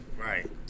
Right